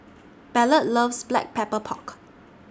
Ballard loves Black Pepper Pork